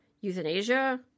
euthanasia